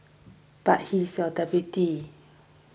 but he is your deputy